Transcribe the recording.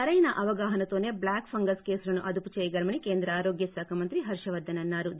సరైన అవగాహన తోనే బ్లాక్ ఫంగస్ కేసులను అదుపు చేయగలమని కేంద్ర ఆరోగ్య శాఖ మంత్రి హర్షవర్గస్ అన్నా రు